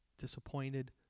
disappointed